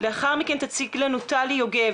לאחר מכן תציג לנו טלי יוגב,